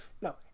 No